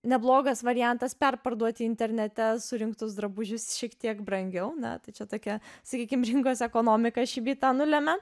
neblogas variantas perparduoti internete surinktus drabužius šiek tiek brangiau na tai čia tokia sakykim rinkos ekonomika šį bei tą nulėmė